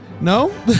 No